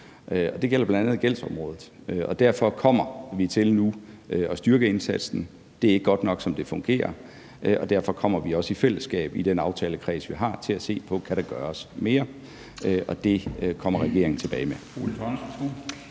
Det gælder jo bl.a. gældsområdet, og derfor kommer vi nu til at styrke indsatsen. Det er ikke godt nok, som det fungerer, og derfor kommer vi også i fællesskab i den aftalekreds, vi har, til at se på, om der kan gøres mere. Og det kommer regeringen tilbage med.